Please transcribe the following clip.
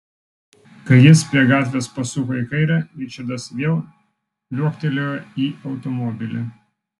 kai jis prie gatvės pasuko į kairę ričardas vėl liuoktelėjo į automobilį